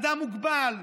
אדם מוגבל,